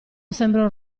sembrò